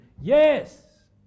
Yes